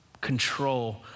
control